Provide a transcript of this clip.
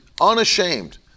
unashamed